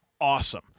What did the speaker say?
awesome